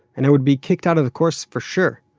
and i would be kicked out of the course for sure.